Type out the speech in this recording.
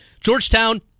Georgetown